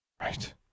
Right